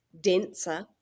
denser